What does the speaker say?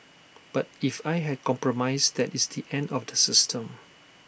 but if I had compromised that is the end of the system